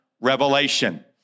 revelation